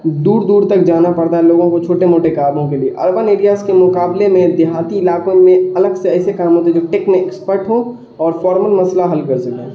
دور دور تک جانا پڑتا ہے لوگوں کو چھوٹے موٹے کاموں کے لیے اربن ایریاز کے مقابلے میں دیہاتی علاقوں میں الگ سے ایسے کام ہوتے ہیں جو ٹیک میں ایکسپرٹ ہوں اور فارمل مسئلہ حل کر سکے